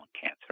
cancer